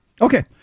Okay